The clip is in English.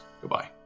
goodbye